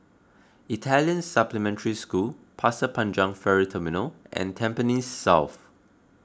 Italian Supplementary School Pasir Panjang Ferry Terminal and Tampines South